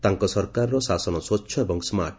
ତାଙ୍କ ସରକାରର ଶାସନ ସ୍ପଚ୍ଛ ଏବଂ ସ୍କାର୍ଟ